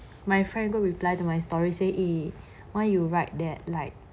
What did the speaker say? my friend go reply to my story say eh why you write that like